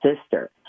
sister